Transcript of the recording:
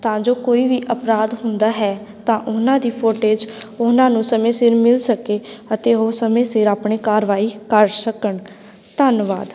ਤਾਂ ਜੋ ਕੋਈ ਵੀ ਅਪਰਾਧ ਹੁੰਦਾ ਹੈ ਤਾਂ ਉਹਨਾਂ ਦੀ ਫੁਟੇਜ ਉਹਨਾਂ ਨੂੰ ਸਮੇਂ ਸਿਰ ਮਿਲ ਸਕੇ ਅਤੇ ਉਹ ਸਮੇਂ ਸਿਰ ਆਪਣੀ ਕਾਰਵਾਈ ਕਰ ਸਕਣ ਧੰਨਵਾਦ